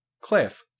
cliff